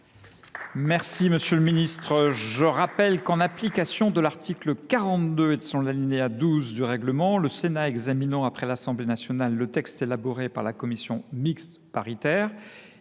commission mixte paritaire. Je rappelle que, en application de l’article 42, alinéa 12, du règlement, le Sénat examinant après l’Assemblée nationale le texte élaboré par la commission mixte paritaire,